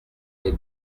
est